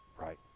right